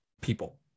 people